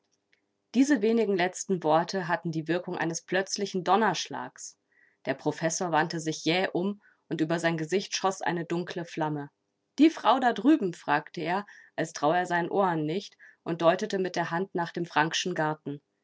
diese wenigen letzten worte hatten die wirkung eines plötzlichen donnerschlags der professor wandte sich jäh um und über sein gesicht schoß eine dunkle flamme die frau da drüben fragte er als traue er seinen ohren nicht und deutete mit der hand nach dem frankschen garten